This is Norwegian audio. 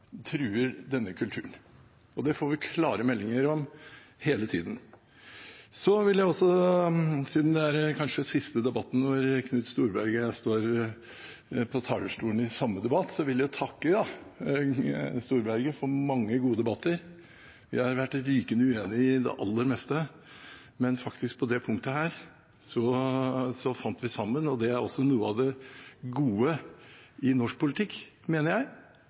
truer denne kulturen. Det får vi klare meldinger om hele tida. Siden dette kanskje er den siste debatten hvor Knut Storberget og jeg står på talerstolen i samme debatt, vil jeg takke ham for mange gode debatter. Vi har vært rykende uenige i det aller meste, men på dette punktet fant vi sammen. Det er også noe av det gode i norsk politikk, mener jeg,